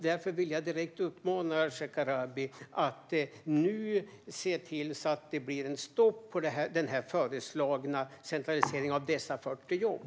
Därför vill jag direkt uppmana herr Shekarabi att se till att det nu blir stopp för den föreslagna centraliseringen av dessa 40 jobb.